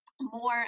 more